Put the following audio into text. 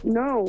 no